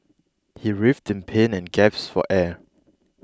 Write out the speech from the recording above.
he writhed in pain and gasped for air